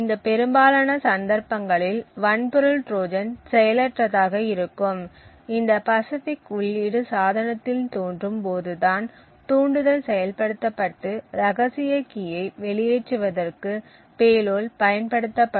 இந்த பெரும்பாலான சந்தர்ப்பங்களில் வன்பொருள் ட்ரோஜன் செயலற்றதாக இருக்கும் இந்த பசிஃபிக் உள்ளீடு சாதனத்தில் தோன்றும் போதுதான் தூண்டுதல் செயல்படுத்தப்பட்டு ரகசிய கீயை வெளியேற்றுவதற்கு பேலோட் பயன்படுத்தப்படும்